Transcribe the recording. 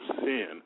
sin